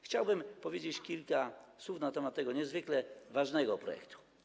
Chciałbym powiedzieć kilka słów na temat tego niezwykle ważnego projektu.